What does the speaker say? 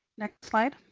next slide.